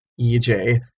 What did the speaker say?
EJ